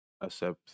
accept